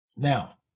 Now